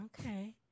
Okay